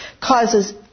causes